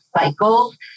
cycles